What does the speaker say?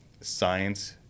science